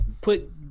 put